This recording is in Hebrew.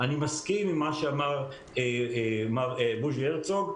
אני מסכים עם מה שאמר מר בוז'י הרצוג,